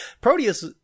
Proteus